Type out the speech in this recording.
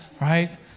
right